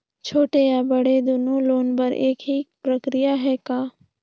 छोटे या बड़े दुनो लोन बर एक ही प्रक्रिया है का?